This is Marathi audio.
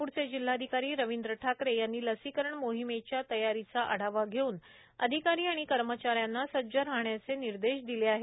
नागपूरचे जिल्हाधिकारी रविंद्र ठाकरे यांनी लसीकरण मोहिमेच्या तयारीचा आढावा घेवून अधिकारी आणि कर्मचाऱ्यांना सज्ज राहण्याचे निर्देश देण्यात आले आहे